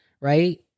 Right